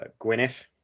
Gwyneth